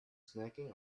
snacking